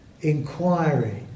inquiry